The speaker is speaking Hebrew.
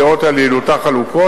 הדעות על יעילותה חלוקות,